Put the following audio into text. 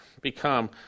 become